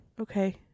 Okay